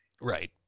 right